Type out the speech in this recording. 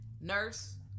Nurse